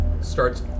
starts